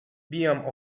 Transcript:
wbijam